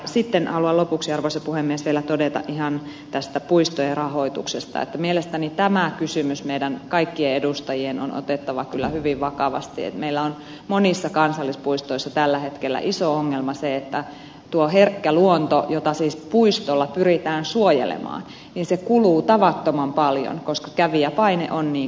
sitten haluan lopuksi arvoisa puhemies vielä todeta ihan tästä puistojen rahoituksesta että mielestäni se kysymys meidän kaikkien edustajien on otettava kyllä hyvin vakavasti että meillä on monissa kansallispuistoissa tällä hetkellä iso ongelma se että tuo herkkä luonto jota siis puistolla pyritään suojelemaan kuluu tavattoman paljon koska kävijäpaine on niin kova